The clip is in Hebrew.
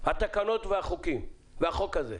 התקנות והחוק הזה.